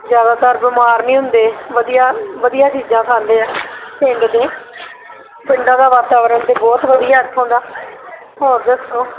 ਜ਼ਿਆਦਾਤਰ ਬਿਮਾਰ ਨਹੀਂ ਹੁੰਦੇ ਵਧੀਆ ਵਧੀਆ ਚੀਜ਼ਾਂ ਖਾਂਦੇ ਹੈ ਪਿੰਡ ਦੇ ਪਿੰਡਾਂ ਦਾ ਵਾਤਾਵਰਨ ਤਾਂ ਬਹੁਤ ਵਧੀਆ ਇੱਥੋਂ ਦਾ ਹੋਰ ਦੱਸੋ